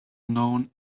known